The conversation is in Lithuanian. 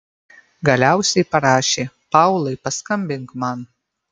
galiausiai parašė paulai paskambink man